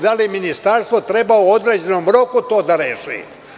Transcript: Da li ministarstvo treba u određenom roku to da reši?